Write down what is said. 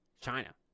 China